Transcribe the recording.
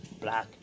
black